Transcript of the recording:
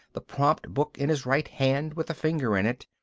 the prompt book in his right hand with a finger in it,